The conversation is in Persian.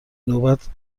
نوبت